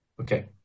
Okay